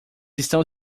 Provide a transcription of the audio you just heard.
estão